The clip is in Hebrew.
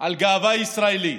על גאווה ישראלית,